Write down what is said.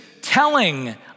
telling